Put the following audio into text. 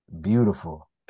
Beautiful